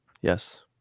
Yes